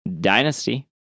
Dynasty